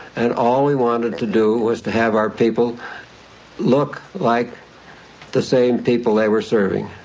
and all we wanted to do was to have our people look like the same people they were serving.